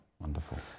Wonderful